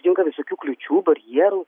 atsitinka visokių kliūčių barjerų